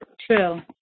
True